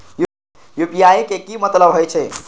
UPI के की मतलब हे छे?